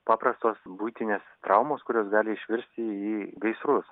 paprastos buitinės traumos kurios gali išvirsti į gaisrus